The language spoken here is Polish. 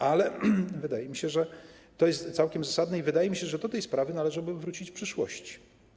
Ale wydaje mi się, że to jest całkiem zasadne i że do tej sprawy należałoby wrócić w przyszłości.